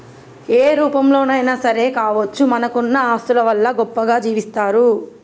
ఏ రూపంలోనైనా సరే కావచ్చు మనకున్న ఆస్తుల వల్ల గొప్పగా జీవిస్తరు